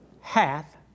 hath